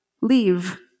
Leave